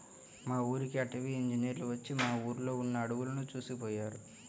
మా ఊరికి అటవీ ఇంజినీర్లు వచ్చి మా ఊర్లో ఉన్న అడువులను చూసిపొయ్యారు